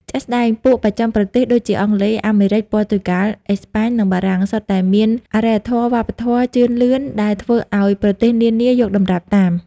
ជាក់ស្ដែង ពួកបស្ចិមប្រទេសដូចជាអង់គ្លេស អាមេរិក ព័រទុយហ្គាល់ អេស្ប៉ាញ និងបារាំង សុទ្ធតែមានអារ្យធម៌វប្បធម៌ជឿនលឿន ដែលធ្វើឱ្យប្រទេសនានាយកតម្រាប់តាម។